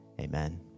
Amen